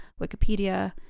Wikipedia